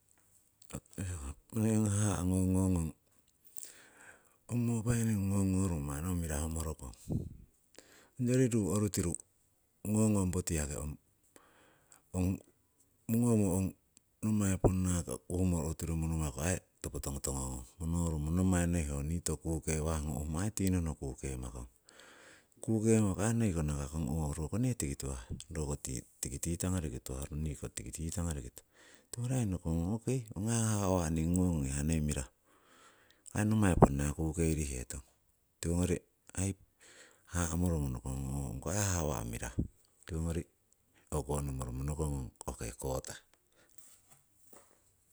Noi ong haha' ngongo ngong, ong mopairingun ngongorumo manni ho mirahumorokong, onyori ruu orutiru ngongong poti yaki ong, ong ngomo nommai ponna ki uhumoh oritiru nonomaku aii topo tongotongo ngong monorumo. Nommai noi oh nii toku kukewahngung, uhumo tinnono aii kukemako, kukemaku noi koh nakakong oh roko nee tiki tuhah, roko tiki titangori tuhah niko ongi titangoriki tuhah. Ho aii nokongong okei ong aii haha' ningii ngongong nommai ponna kukeiriheton, tiwongori aii haha moromo nokongon ongo haha' awa' mirahu tiwongori o'konomoromo nokongong ok kotah.